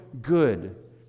good